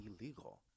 illegal